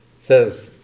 says